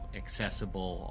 accessible